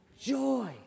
Joy